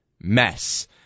mess